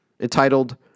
entitled